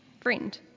Friend